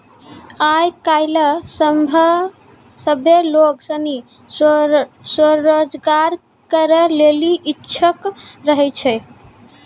आय काइल सभ्भे लोग सनी स्वरोजगार करै लेली इच्छुक रहै छै